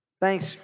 Thanks